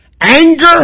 anger